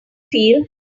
feel